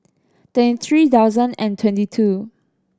twenty three thousand and twenty two